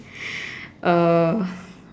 uh